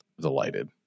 delighted